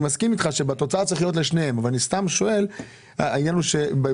אני מסכים אתך שבתוצאה צריך להיות לשניהם אבל אני שואל האם האחוזים